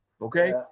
okay